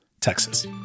Texas